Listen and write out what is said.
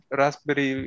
raspberry